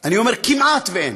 אני אומר כמעט אין,